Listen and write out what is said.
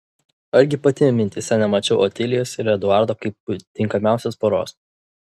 argi pati mintyse nemačiau otilijos ir eduardo kaip tinkamiausios poros